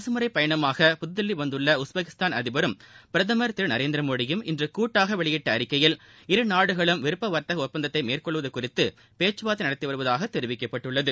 அரசுமுறை பயணமாக புதுதில்லி வந்துள்ள உஸ்பெகிஸ்தான் அதிபரும் பிரதமா் திரு நரேந்திரமோடியும் இன்று கூட்டாக வெளியிட்ட அறிக்கையில் இரு நாடுகளும் விருப்ப வாத்தக ஒப்பந்தத்தை மேற்கொள்வது குறித்து பேச்சுவாா்த்தை நடத்தி வருவதாக தெரிவிக்கப்பட்டுள்ளது